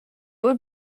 would